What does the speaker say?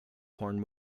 porn